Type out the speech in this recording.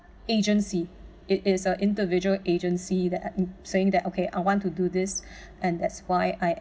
agency it is a individual agency that I I saying that okay I want to do this and that's why I